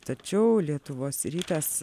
tačiau lietuvos rytas